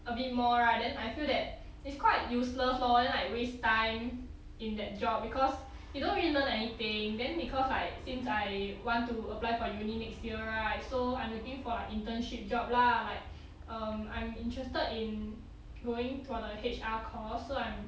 a bit more right I feel that it's quite useless lor then like waste time in that job because you don't really learn anything then because like since I want to apply for uni next year right so I'm looking for like internship job lah like um I'm interested in going to a H_R course so I'm